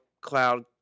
Cloud